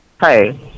hi